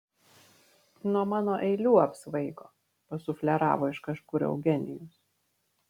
nuo mano eilių apsvaigo pasufleravo iš kažkur eugenijus